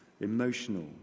emotional